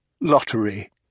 Lottery